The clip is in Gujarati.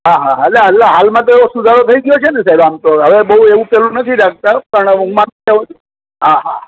હા હા હાલ હાલ હાલમાં તો એવો સુધારો થઈ ગયો છે ને સાહેબ આમ તો હવે બહુ એવું પેલું નથી રાખતા પણ હવે હું માનું છું ત્યાં સુધી હા હા